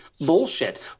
Bullshit